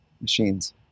machines